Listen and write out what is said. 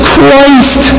Christ